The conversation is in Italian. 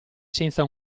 senza